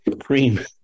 cream